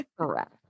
Correct